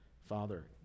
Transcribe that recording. Father